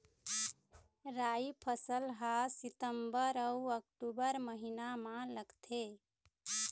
राई फसल हा सितंबर अऊ अक्टूबर महीना मा लगथे